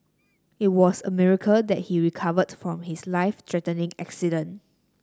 it was a miracle that he recovered from his life threatening accident